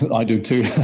but i do too!